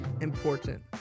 important